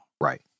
Right